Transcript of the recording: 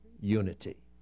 unity